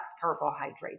carbohydrates